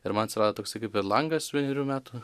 ir man atsirado toksai kaip ir langas vienerių metų